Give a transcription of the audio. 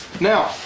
Now